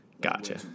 Gotcha